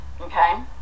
okay